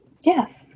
Yes